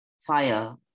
fire